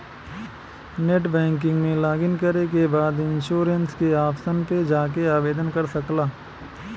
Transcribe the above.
net banking में login करे के बाद इन्शुरन्स के ऑप्शन पे जाके आवेदन कर सकला